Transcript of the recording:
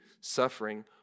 suffering